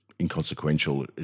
inconsequential